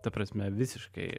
ta prasme visiškai